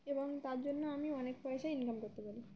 এবং তার জন্য আমি অনেক পয়সাই ইনকাম করতে পারি